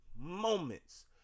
Moments